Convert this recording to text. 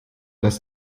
dass